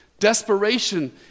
Desperation